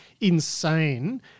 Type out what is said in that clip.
insane